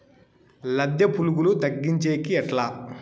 లద్దె పులుగులు తగ్గించేకి ఎట్లా?